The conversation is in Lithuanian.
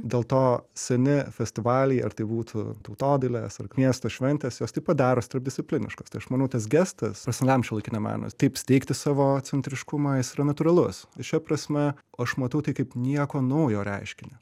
dėl to seni festivaliai ar tai būtų tautodailės ar miesto šventės jos taip pat darosi tarpdiscipliniškos tai aš manau tas gestas profesionaliam šiuolaikiniam menui taip steigti savo centriškumą jis yra natūralus šia prasme aš matau tai kaip nieko naujo reiškinį